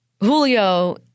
Julio